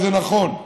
וזה נכון,